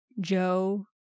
Joe